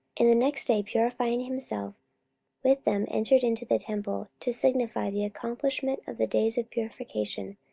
and the next day purifying himself with them entered into the temple, to signify the accomplishment of the days of purification,